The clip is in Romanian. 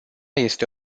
este